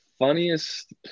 funniest